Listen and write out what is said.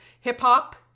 hip-hop